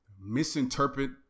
misinterpret